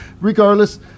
regardless